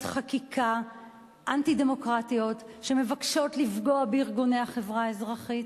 חקיקה אנטי-דמוקרטית שמבקשת לפגוע בארגוני החברה האזרחית.